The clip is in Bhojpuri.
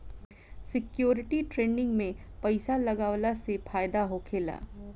सिक्योरिटी ट्रेडिंग में पइसा लगावला से फायदा होखेला